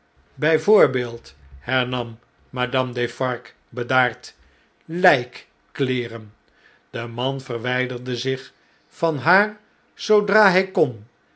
bjj voorbeeld hernam madame defarge bedaard lijkkleeren desman verwjjderde zich van haar zoodra hjj kon